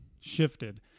shifted